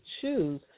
choose